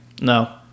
No